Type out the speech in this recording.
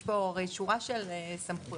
יש פה הרי שורה של סמכויות,